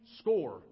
score